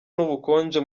n’ubukonje